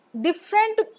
different